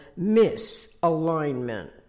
misalignment